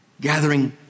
gathering